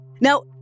Now